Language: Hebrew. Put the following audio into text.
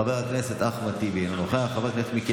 חבר הכנסת, נא לסיים.